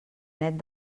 net